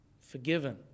Forgiven